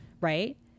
Right